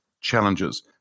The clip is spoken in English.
challenges